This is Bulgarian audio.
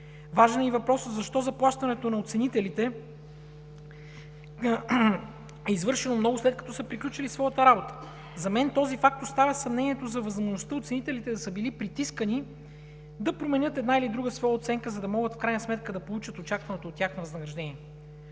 Важен е и въпросът: защо заплащането на оценителите е извършено, след като са приключили своята работа? Този факт оставя съмнение за възможността оценителите да са били притискани да променят една или друга своя оценка, за да могат в крайна сметка да получат очакваното от тях възнаграждение.